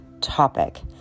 topic